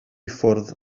ffwrdd